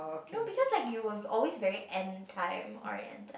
no because like you were always very end time oriented